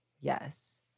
Yes